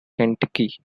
kentucky